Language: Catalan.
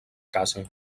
casa